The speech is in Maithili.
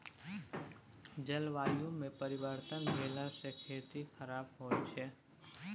जलवायुमे परिवर्तन भेलासँ खेती खराप होए छै